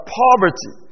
poverty